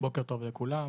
בוקר טוב לכולם,